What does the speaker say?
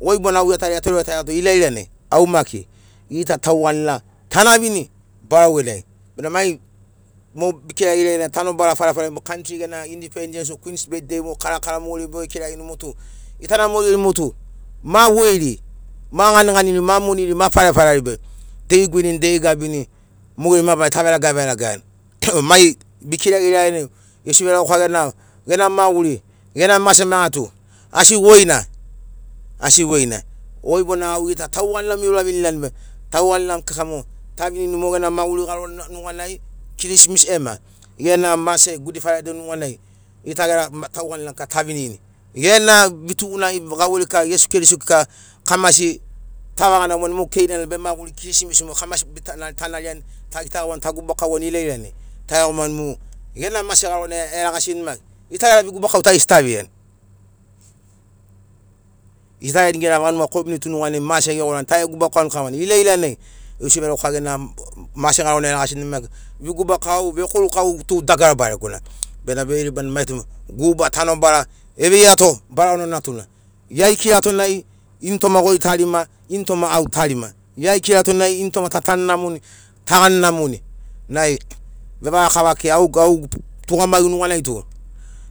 Goi bona au iatarai getore kauato ila ilanai au maki gita tauganira ta na vini barau genai bena ma mo bikiragia ila ilanai tanobara farefare kantri gena independence kwins betdei mo kara kara mo geri bege kiragirini tu gitana mo geri mot u ma woiri ma ganiganiri ma moniri ma farefareri be dei eguineni dei egabini mo geri mabarari tave raga verage iagian mai bikiragiani ila ilanai iesu veregaukana gena gena maguri gena mase maigatu asi woina asi woina goi bona au gita tauganira mo irauvinirani be tauganira kika mo ta vinini mo gena maguri garona nuganai kirismisi ema gena mase gudfaraide nuganai gita gera tauganira kika tavinini gena vitugunagi gauveiri kika iesu keriso kika kamasi ta vaganamoani mo keinana be maguri kirismisi mo kamasi bitana tanariani tagitagauani taguba kauani ila ilanai taiagomani mu gena mase garona eragasini nai gita gera vegubakau tu aigesi taveiani gita gera vanuga komiuniti nuganai mase gegorani tave gubakauni kavana ila ilanai iesu veregauka gena mase garona eragasini maki vegubakau vekorukau tu dagara baregona bena bege ribani mai tu guba tanobara eveiato barauna natuna gia ekiratonai ini toma goi tarima intoma au tarima gia ikirato nai intoma tatanu namoni tagani namoni nai vevaga kava au kekei tugamagi nuganai tu